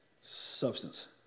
substance